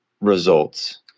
results